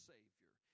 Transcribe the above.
Savior